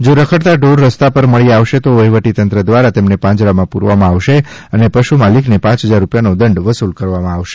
જો રખડતાં ઢોર રસ્તા પર મળી આવશે તો વહીવટીંતંત્ર દ્વારા તેમને પાંજરામાં પુરવામાં આવશે અને પશુ માલિકને પાંચ હજાર રૂપિયાનો દંડ વસુલ કરવામાં આવશે